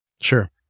Sure